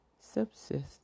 subsist